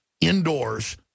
indoors